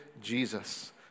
Jesus